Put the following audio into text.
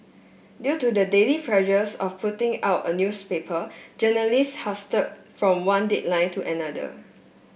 due to the daily pressures of putting out a newspaper journalists hurtle from one deadline to another